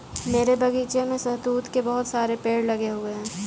मेरे बगीचे में शहतूत के बहुत सारे पेड़ लगे हुए हैं